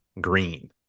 Green